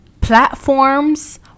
platforms